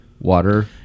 water